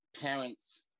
parents